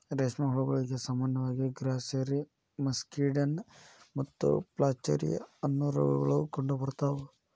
ರೇಷ್ಮೆ ಹುಳಗಳಿಗೆ ಸಾಮಾನ್ಯವಾಗಿ ಗ್ರಾಸ್ಸೆರಿ, ಮಸ್ಕಡಿನ್ ಮತ್ತು ಫ್ಲಾಚೆರಿ, ಅನ್ನೋ ರೋಗಗಳು ಕಂಡುಬರ್ತಾವ